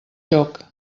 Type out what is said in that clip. joc